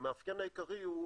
והמאפיין העיקרי הוא,